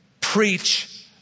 preach